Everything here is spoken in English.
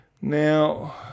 Now